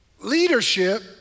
Leadership